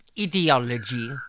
ideology